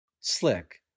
Slick